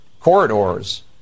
corridors